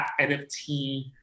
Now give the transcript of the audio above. NFT